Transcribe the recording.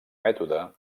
mètode